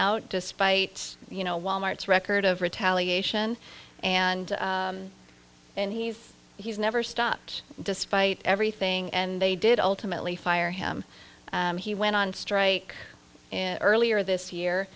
out despite you know wal mart's record of retaliation and and he's he's never stopped despite everything and they did ultimately fire him he went on strike earlier this year